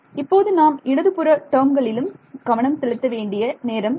இப்போது நாம் இடதுபுற டேர்ம்களிலும் கவனம் செலுத்த வேண்டிய நேரம் இது